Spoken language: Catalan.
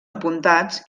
apuntats